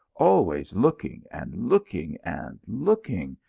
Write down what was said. always looking, and looking, and looking,